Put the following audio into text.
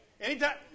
Anytime